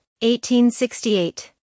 1868